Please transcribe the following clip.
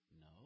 No